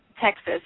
Texas